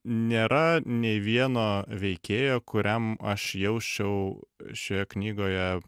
nėra nei vieno veikėjo kuriam aš jausčiau šioje knygoje